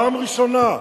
פעם ראשונה.